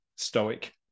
stoic